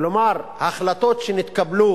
כלומר, החלטות שהתקבלו